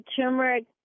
turmeric